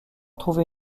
trouvé